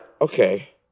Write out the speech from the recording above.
okay